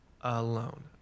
alone